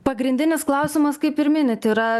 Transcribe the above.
pagrindinis klausimas kaip ir minit yra